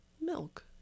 milk